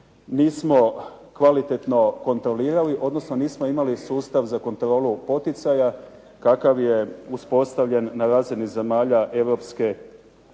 nismo kvalitetno kontrolirali, odnosno nismo imali sustav za kontrolu poticaja kakav je uspostavljen na razini zemalja Europske unije.